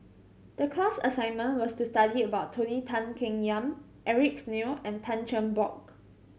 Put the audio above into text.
the class assignment was to study about Tony Tan Keng Yam Eric Neo and Tan Cheng Bock